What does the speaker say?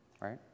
right